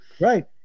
Right